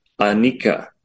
Anika